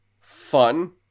fun